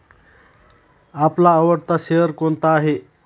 आपला आवडता शेअर कोणता आहे?